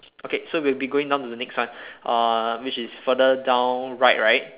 okay so we'll be going down to the next one uh which is further down right right